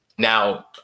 Now